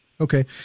Okay